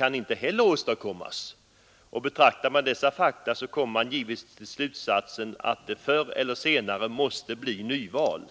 inte heller kan åstadkommas. Betraktar man dessa fakta, kommer man till slutsatsen att det förr eller senare måste bli nyval.